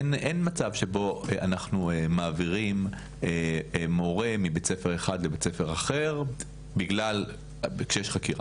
אין מצב שבו אנחנו מעבירים מורה מבית ספר אחד לאחר כשיש חקירה.